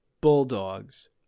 Bulldogs